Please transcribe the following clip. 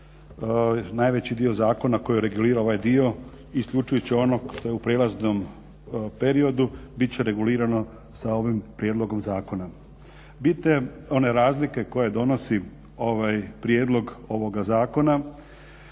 najveći dio zakona koji regulira ovaj dio isključujući onog što je u prijelaznom periodu biti će regulirano sa ovim prijedlogom zakona. Bitne one razlike koje donosi ovaj prijedlog ovoga Zakona